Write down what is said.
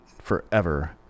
forever